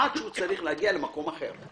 עד שהוא צריך להגיע למקום אחר.